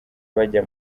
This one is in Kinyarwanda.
bajya